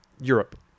Europe